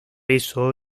eso